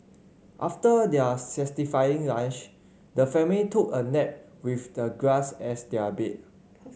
after their satisfying lunch the family took a nap with the grass as their bed